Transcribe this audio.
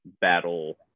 Battle